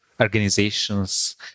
organizations